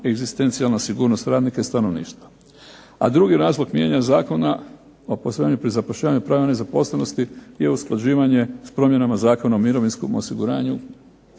egzistencijalna sigurnost radnika i stanovništva. A drugi razlog mijenjanja zakona …/Ne razumije se./… pri zapošljavanju i …/Ne razumije se./… nezaposlenosti je usklađivanje s promjenama Zakona o mirovinskom osiguranju,